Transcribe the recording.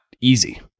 easy